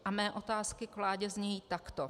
A mé otázky vládě znějí takto.